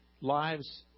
lives